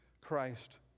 Christ